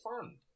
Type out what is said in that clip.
fun